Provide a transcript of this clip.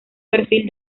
perfil